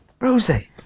Rosie